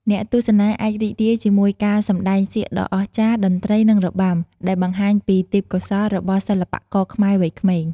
អ្នកទស្សនាអាចរីករាយជាមួយការសម្តែងសៀកដ៏អស្ចារ្យ តន្ត្រី និងរបាំ ដែលបង្ហាញពីទេពកោសល្យរបស់សិល្បករខ្មែរវ័យក្មេង។